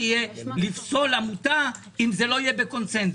יהיה לפסול עמותה אם זה לא יהיה בקונצנזוס.